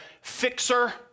fixer